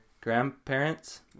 grandparents